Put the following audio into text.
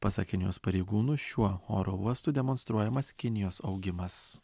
pasak kinijos pareigūnų šiuo oro uostu demonstruojamas kinijos augimas